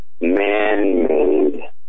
man-made